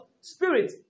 Spirit